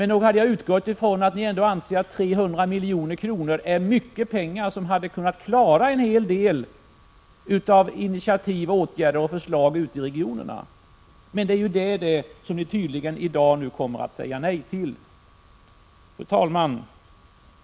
Nog hade jag utgått från att ni ändå anser att 300 milj.kr. är mycket pengar, som hade kunnat klara en hel del när det gäller initiativ, åtgärder och förslag ute i regionerna. Men det kommer ni tydligen i dag att säga nej till. Fru talman!